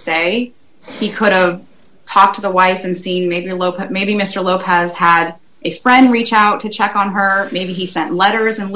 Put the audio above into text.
say he could talk to the wife and see maybe look maybe mr lowe has had a friend reach out to check on her maybe he sent letters and